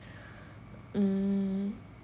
mm